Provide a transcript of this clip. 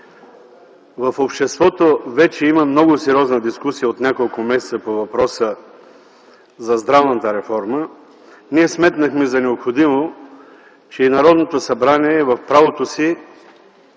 в обществото вече има много сериозна дискусия от няколко месеца по въпроса за здравната реформа, сметнахме за необходимо, че и Народното събрание е в правото си